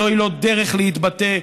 זוהי לא דרך להתבטא.